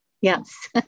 Yes